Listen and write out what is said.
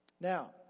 now